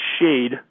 shade